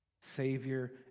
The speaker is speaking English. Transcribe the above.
Savior